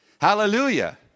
Hallelujah